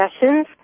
sessions